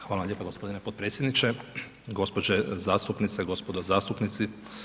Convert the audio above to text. Hvala lijepa gospodine potpredsjedniče, gospođe zastupnice, gospodo zastupnici.